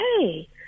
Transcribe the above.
hey